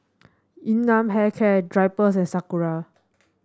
Yun Nam Hair Care Drypers and Sakura